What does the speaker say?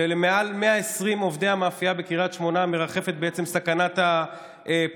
ומעל 120 עובדי המאפייה בקריית שמונה מרחפת בעצם סכנת הפיטורים.